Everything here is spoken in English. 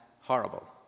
horrible